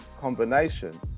combination